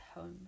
home